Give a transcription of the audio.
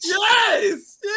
yes